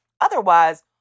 otherwise